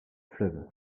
fleuve